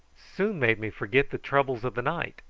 soon made me forget the troubles of the night,